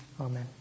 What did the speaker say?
Amen